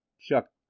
Chuck